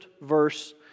verse